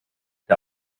der